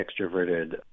extroverted